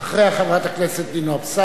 חברת הכנסת נינו אבסדזה,